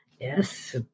Yes